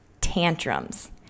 tantrums